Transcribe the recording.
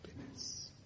happiness